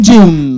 June